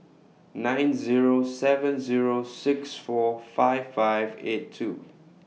nine Zero seven Zero six four five five eight two